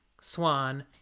Swan